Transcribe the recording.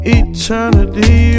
eternity